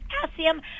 potassium